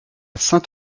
saint